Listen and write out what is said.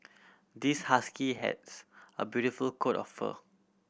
this husky has a beautiful coat of fur